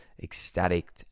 ecstatic